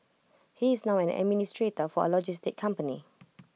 he is now an administrator for A logistics company